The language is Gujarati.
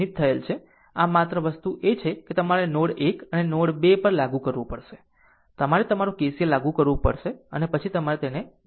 આમ માત્ર વસ્તુ એ છે કે તમારે તમારો નોડ 1 અને નોડ 2 પર લાગુ કરવો પડશે તમારે તમારું KCL લાગુ કરવું પડશે અને તે પછી તમે તેને બનાવો